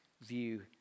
view